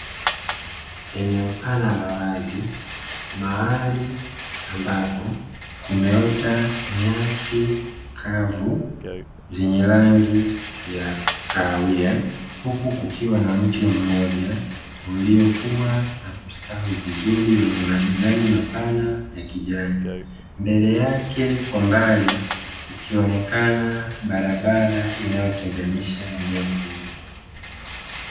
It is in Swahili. Eneo pana la wazi, mahali ambapo kumeota nyasi kavu zenye rangi ya kahawia, huku kukiwa na mti mmoja uliokua na kustawi vizuri wenye majani mapana ya kijani. Mbele yake kwa mbali kukionekana barabara inayotenganisha eneo hilo.